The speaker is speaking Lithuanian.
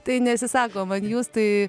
tai neatsisako man jūs tai